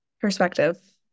perspective